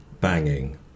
banging